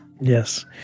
Yes